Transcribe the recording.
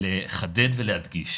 ולחדד ולהדגיש